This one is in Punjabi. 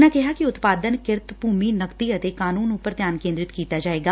ਉਨ੍ਹਾਂ ਕਿਹਾ ਕਿ ਉਤਪਾਦਨ ਕਿਰਤ ਭੂਮੀ ਨਕਦੀ ਅਤੇ ਕਾਨੂੰਨ ਉਪਰ ਧਿਆਨ ਕੇਂਦਰਿਤ ਕੀਤਾ ਜਾਏਗਾ